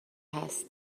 هست